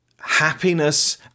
happiness